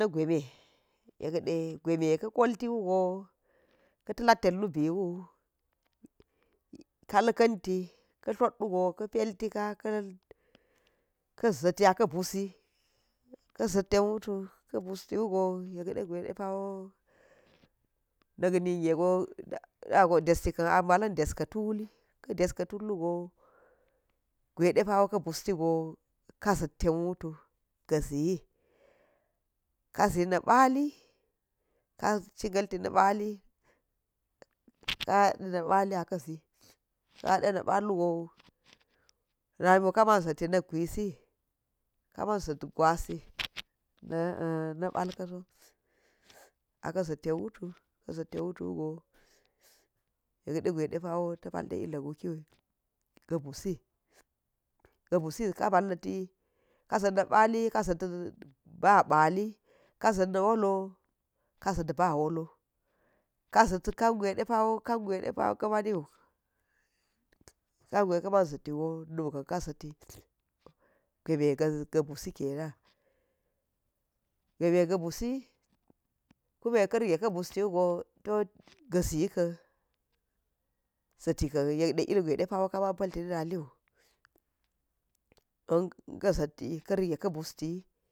Na̱ gwaime, yekde gwaime ka̱ koltiwugo ka̱ ta̱la̱t tet lubiwu ka̱ la̱ka̱nti, ka thot wugo ka̱ peltika ka ka̱ zati aka busi, ka̱ za̱t ten wutu ka̱ busti wugo yekɗe gwaiɗe pawo nak ningego dago desti kan a ba̱lan ɗeska̱ tuli, ka̱ ɗeska̱ tullugo, gwa̱iɗepa̱wo ka̱ bustigo ka zat ten wutu, ga zi, kazi na̱ pa̱li ka̱ ciga̱lti na̱ pa̱lli ka̱ ha̱ɗe na pa̱lli aka̱zi, ka̱ haɗe na̱ pa̱llugo namiwo kaman za̱tti nagguisi, ka̱ma̱n zat gwasi na pa̱lka̱so, aka̱ za̱t ten wutu, ka̱za̱t ten wutu wugo yekde gwa̱i ɗepa̱wo ta̱ pa̱lde wulla̱ gukiwu ga busi, ga busi ka ba̱lla̱ti ka̱za̱t na̱ pa̱lli, ka̱za̱t ba̱ pa̱lli ka̱za̱t na woto ka̱za̱t ba̱wolo, ka zat kar gwai ɗepa̱wo kangwai depa̱wo ka̱ maiu, kangwai ka̱ma̱n zatigo mika̱n kazatgo gome ga̱ busi kena̱n gwa̱ime ga busi kume ka̱ rige ka̱ busti wugo to ga̱ zi kan za̱ti ka̱n yedde ilgwa̱i ɗepa̱wo ka̱ma̱n pa̱lti na̱ na̱liu ka rige ka̱ busti yi.